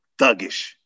thuggish